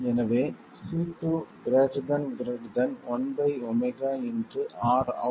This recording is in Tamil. எனவே C21RoutRL